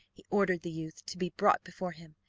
he ordered the youth to be brought before him,